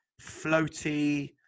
floaty